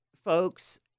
folks